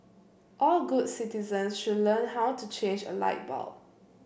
all good citizens should learn how to change a light bulb